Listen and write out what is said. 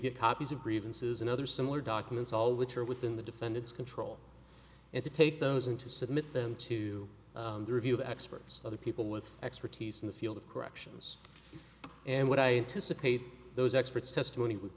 get copies of grievances and other similar documents all which are within the defendant's control and to take those and to submit them to the review of experts other people with expertise in the field of corrections and what i had to succeed those experts testimony would